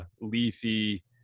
leafy